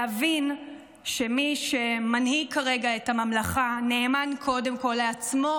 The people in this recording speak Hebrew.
להבין שמי שמנהיג כרגע את הממלכה נאמן קודם כול לעצמו,